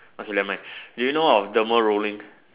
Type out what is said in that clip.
okay never mind do you know of derma rolling